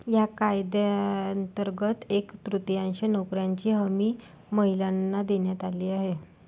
या कायद्यांतर्गत एक तृतीयांश नोकऱ्यांची हमी महिलांना देण्यात आली आहे